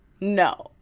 No